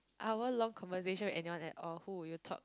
hour long conversation with anyone at all who would you talk